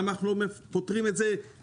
למה אנחנו לא פותרים את זה ל-2024?